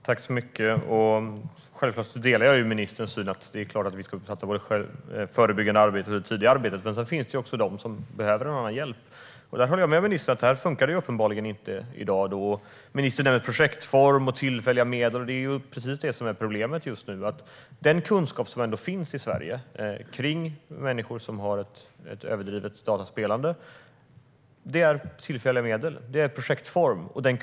Fru talman! Jag delar självfallet ministerns syn att vi ska satsa på det förebyggande och tidiga arbetet, men det finns de som behöver en annan hjälp. Jag håller med ministern om att detta inte fungerar i dag. Ministern nämnde projektform och tillfälliga medel, och det är precis detta som är problemet just nu: När det gäller den kunskap som finns i Sverige om människor som har ett överdrivet dataspelande är det tillfälliga medel och projektform som gäller.